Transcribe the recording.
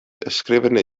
ysgrifennu